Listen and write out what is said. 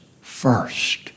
first